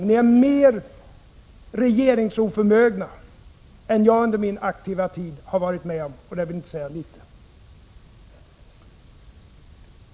Ni är mer regeringsoförmögna än jag under min aktiva tid har sett, och det vill inte säga litet.